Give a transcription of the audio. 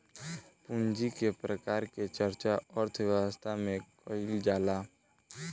पूंजी के प्रकार के चर्चा अर्थव्यवस्था में कईल जाला